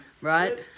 Right